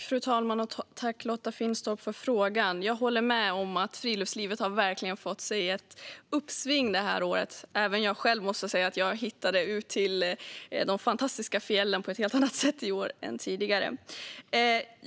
Fru talman! Tack, Lotta Finstorp, för frågan! Jag håller med om att friluftslivet verkligen har fått ett uppsving detta år. Även jag själv hittade ut till de fantastiska fjällen på ett helt annat sätt i år än tidigare.